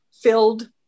filled